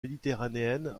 méditerranéenne